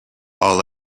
all